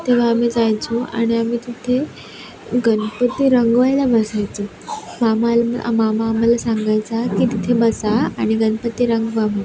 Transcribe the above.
तेव्हा आम्ही जायचो आणि आम्ही तिथे गणपती रंगवायला बसायचो मामाला मामा आम्हाला सांगायचा की तिथे बसा आणि गणपती रंगवा